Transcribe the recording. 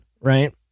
Right